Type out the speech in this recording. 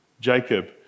Jacob